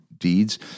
deeds